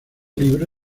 libro